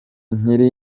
nkiri